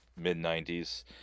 mid-90s